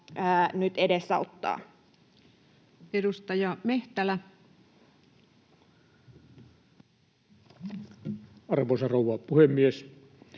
nyt edesauttaa? Edustaja Mehtälä. Arvoisa rouva puhemies!